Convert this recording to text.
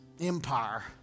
empire